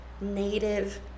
native